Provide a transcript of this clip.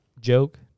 joke